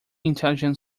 intelligent